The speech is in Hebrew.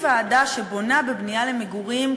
להקים ועדה שבונה בנייה למגורים,